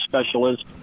specialist